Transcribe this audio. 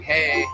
Hey